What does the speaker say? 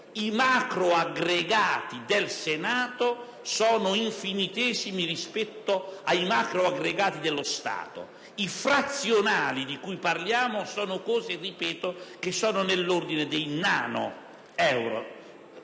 i macroaggregati del Senato sono infinitesimi rispetto ai macroaggregati dello Stato. I frazionali di cui parliamo sono, lo ripeto, dell'ordine delle